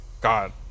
God